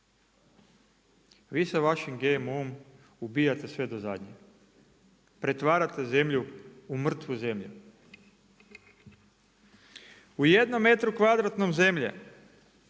Vi sa vašim GMO-om ubijate sve do zadnjeg, pretvarate zemlju u mrtvu zemlju. U jednom metru kvadratnom zemlje